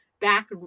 back